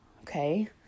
okay